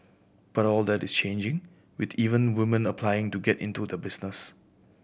but all that is changing with even women applying to get into the business